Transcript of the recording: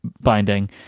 binding